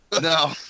No